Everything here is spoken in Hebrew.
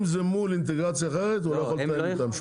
אם זה מול אינטגרציה אחרת הוא לא יכול לתאם איתם.